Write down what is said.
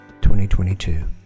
2022